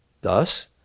Thus